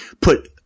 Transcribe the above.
Put